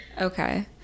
Okay